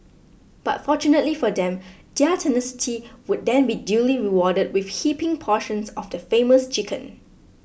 but fortunately for them their tenacity would then be duly rewarded with heaping portions of the famous chicken